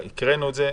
הקראנו את זה,